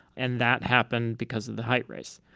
and that happened because of the height race.